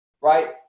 right